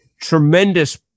tremendous